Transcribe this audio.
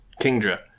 Kingdra